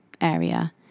area